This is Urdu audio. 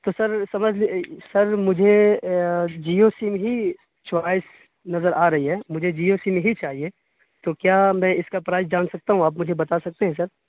تو سر سمجھ سر مجھے جیو سیم ہی چوائس نظر آ رہی ہے مجھے جیو سیم ہی چاہیے تو کیا میں اس کا پرائز جان سکتا ہوں آپ مجھے بتا سکتے ہیں سر